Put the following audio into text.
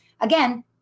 Again